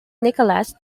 nicholas